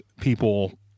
people